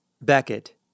Beckett